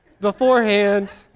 beforehand